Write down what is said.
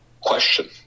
question